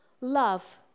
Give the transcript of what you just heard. Love